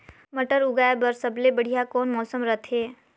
मटर उगाय बर सबले बढ़िया कौन मौसम रथे?